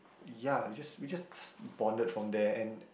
ya we just we just just bonded from there and